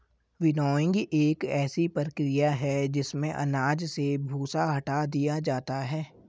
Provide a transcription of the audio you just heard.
winnowing एक ऐसी प्रक्रिया है जिसमें अनाज से भूसा हटा दिया जाता है